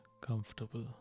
comfortable